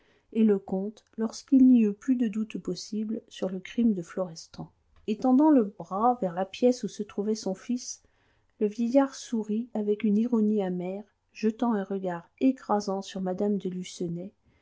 et le comte lorsqu'il n'y eut plus de doute possible sur le crime de florestan étendant le bras vers la pièce où se trouvait son fils le vieillard sourit avec une ironie amère jetant un regard écrasant sur mme de